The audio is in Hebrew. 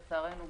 לצערנו,